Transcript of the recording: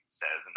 says